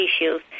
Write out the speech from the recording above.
issues